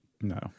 No